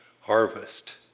harvest